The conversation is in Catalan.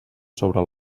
sobre